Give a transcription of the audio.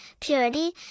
purity